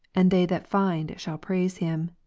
and they that find shall praise him.